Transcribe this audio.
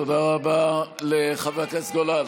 תודה רבה לחבר הכנסת גולן.